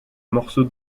morceau